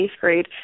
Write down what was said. grade